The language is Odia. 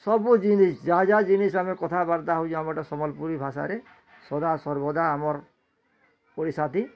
ସବୁ ଜିନିଷ୍ ଯାହା ଯାହା ଜିନିଷ୍ ଆମେ କଥା ବାର୍ତ୍ତା ହଉଛୁ ଆମଟା ସମ୍ବଲପୁରୀ ଭାଷାରେ ସଦା ସର୍ବଦା ଆମର୍ ଓଡିଶା ତି